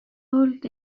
old